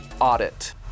audit